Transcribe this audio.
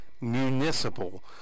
municipal